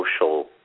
social